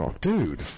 dude